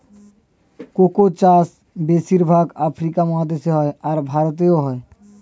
cocoa চাষ বেশির ভাগ আফ্রিকা মহাদেশে হয়, আর ভারতেও হয়